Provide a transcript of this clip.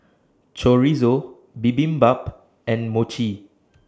Chorizo Bibimbap and Mochi